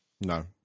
No